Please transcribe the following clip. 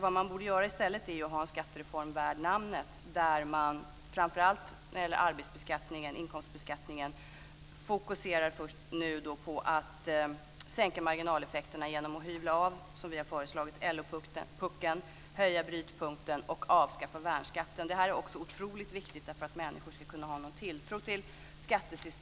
Vad man nu borde göra för att få en skattereform värd namnet framför allt när det gäller inkomstbeskattningen är att fokusera på att sänka marginaleffekterna genom att, som vi har föreslagit, hyvla av LO-puckeln, höja brytpunkten och avskaffa värnskatten. Detta är oerhört viktigt för att människor ska kunna känna någon tilltro till skattesystemet.